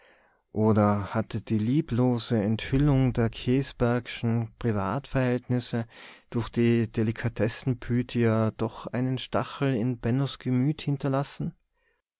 oder hatte die lieblose enthüllung der käsbergerschen privatverhältnisse durch die delikatessen pythia doch einen stachel in bennos gemüt hinterlassen